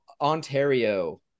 Ontario